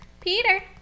Peter